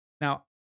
Now